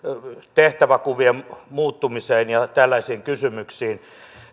tehtäväkuvien muuttumiseen ja tällaisiin kysymyksiin